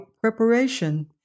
preparation